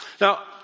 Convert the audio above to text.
Now